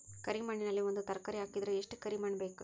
ಕರಿ ಮಣ್ಣಿನಲ್ಲಿ ಒಂದ ತರಕಾರಿ ಹಾಕಿದರ ಎಷ್ಟ ಕರಿ ಮಣ್ಣು ಬೇಕು?